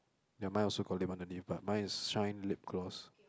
ya mine also got lip underneath but mine is shine lip gloss